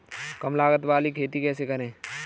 कम लागत वाली खेती कैसे करें?